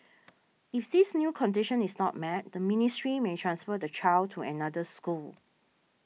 if this new condition is not met the ministry may transfer the child to another school